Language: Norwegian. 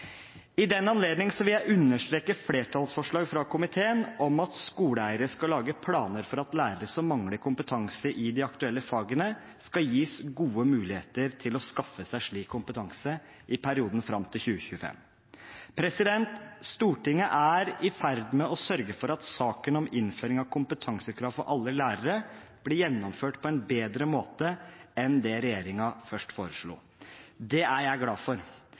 I den anledning vil jeg understreke flertallsforslaget fra komiteen om at skoleeiere skal lage planer for at lærere som mangler kompetanse i de aktuelle fagene, skal gis gode muligheter til å skaffe seg slik kompetanse i perioden fram til 2025. Stortinget er i ferd med å sørge for at saken om innføring av kompetansekrav for alle lærere blir gjennomført på en bedre måte enn det regjeringen først foreslo. Det er jeg glad for.